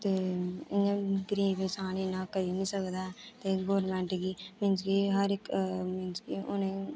ते इ'यां गरीब इंसान इन्ना करी निं सकदा ऐ ते गौरमैंट गी मींस कि हर इक मींस कि उ'नेंगी